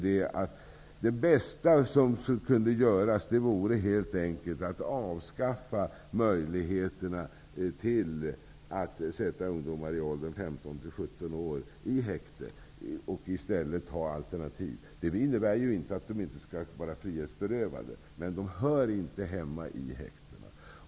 Det bästa som kunde göras vore helt enkelt att avskaffa möjligheten att sätta ungdomar i åldern 15--17 år i häkte och att i stället införa alternativ. Det innebär inte att de inte skall vara frihetsberövade, men de hör inte hemma i häktena.